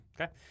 Okay